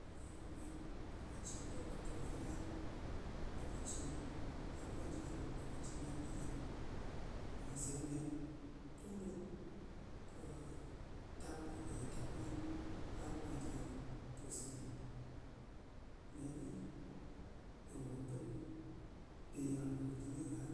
Pi ye nga mwen, ɓe nga cɨn mwa ɓe tong fana lòkacɨ nyɨ, har kà jà rù lokaci ngan gyi nyɨ ɓe nga seyɨl nen dung-dung, kɨ tap ko ye tap ngan har ka njà rù pus nyi. Neni nyi ɗo ngò pɨn bi ya pò ròt kɨni ngha.